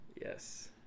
Yes